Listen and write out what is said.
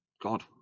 god